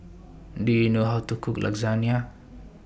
Do YOU know How to Cook Lasagna